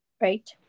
Right